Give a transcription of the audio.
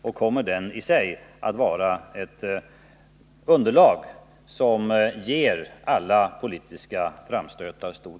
Den kommer i sig att utgöra underlag för att ge stor kraft åt alla politiska framstötar.